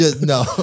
No